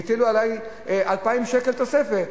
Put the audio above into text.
הטילו עלי 2,000 שקל תוספת,